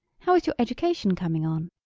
how is your education coming on?